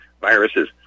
viruses